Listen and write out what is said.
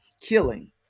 killing